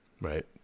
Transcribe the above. right